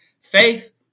Faith